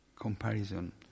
comparison